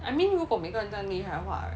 I mean 如果每个人这样厉害的话 right